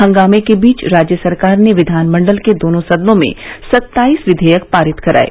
हंगामे के बीच राज्य सरकार ने विधानमंडल के दोनों सदनों में सत्ताईस विधेयक पारित कराये